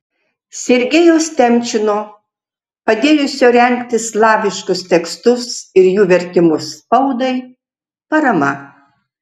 sergejaus temčino padėjusio rengti slaviškus tekstus ir jų vertimus spaudai parama